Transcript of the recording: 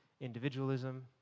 individualism